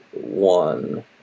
one